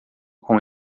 com